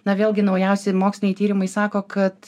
na vėlgi naujausi moksliniai tyrimai sako kad